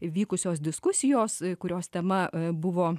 vykusios diskusijos kurios tema buvo